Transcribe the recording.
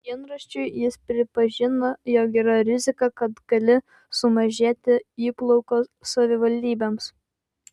dienraščiui jis pripažino jog yra rizika kad gali sumažėti įplaukos savivaldybėms